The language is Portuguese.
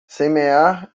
semear